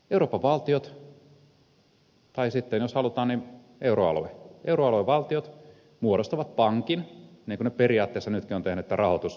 euroopan valtiot tai jos halutaan niin euroalueen valtiot muodostavat pankin niin kuin ne periaatteessa nytkin ovat tehneet tämän rahoitusvälineen